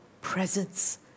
presence